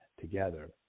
together